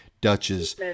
duchess